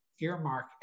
earmark